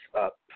up